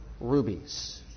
rubies